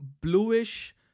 Bluish